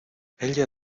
ella